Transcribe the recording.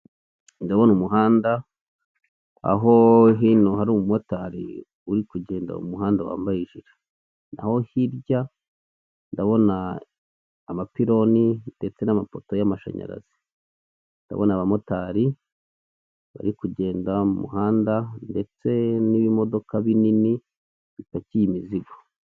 Ndabona umuhanda aho hino hari umumotari uri kugenda m'umuhanda wambaye ijire, naho hirya ndabona abapironi ndetse n'amapoto y'amashanyarazi, ndabona abamotari bari kugenda m'umuhanda ndetse n'ibimodoka binini bipakiye imizigo.